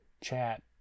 chat